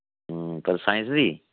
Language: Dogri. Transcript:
साईंस दी